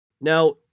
Now